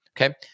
Okay